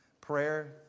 prayer